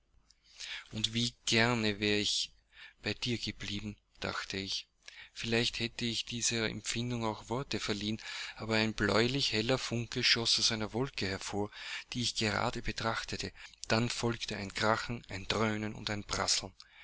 und wie gern wäre ich bei dir geblieben dachte ich vielleicht hätte ich dieser empfindung auch worte verliehen aber ein bläulicher heller funke schoß aus einer wolke hervor die ich gerade betrachtete dann folgte ein krachen ein dröhnen und ein prasseln